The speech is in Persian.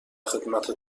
خدمت